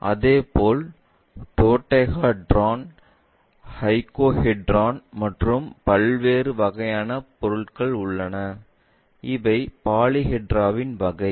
இதேபோல் டோடெகாஹெட்ரான் ஐகோசஹெட்ரான்கள் மற்றும் பல்வேறு வகையான பொருள்கள் உள்ளன இவை பாலிஹெட்ராவின் வகை